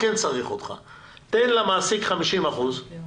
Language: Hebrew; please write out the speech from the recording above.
תן למעסיק 50% אחוזים,